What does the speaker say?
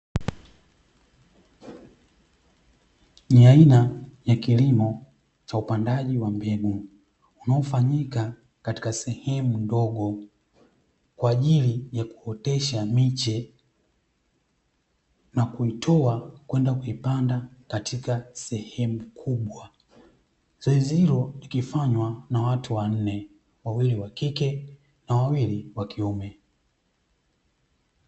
Ni aina ya kilimo cha upandaji wa mbegu unaofanyika katika sehemu ndogo kwa ajili ya kuotesha miche, na kuitoa na kwenda kuipanda katika sehemu kubwa, zoezi hilo likifanywa na watu wanne wawili wakike na wawili wa kiume.